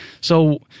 So-